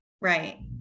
Right